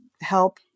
help